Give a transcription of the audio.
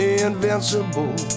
invincible